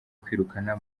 kwirukana